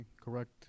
correct